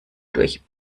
durch